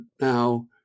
now